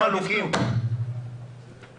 אבל